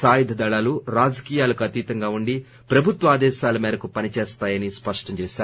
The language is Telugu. సాయుధ దళాలు రాజకీయాలకు అతీతంగా ఉండి ప్రభుత్వ ఆదేశాల మేరకు పని చేస్తాయని స్పష్టం చేశారు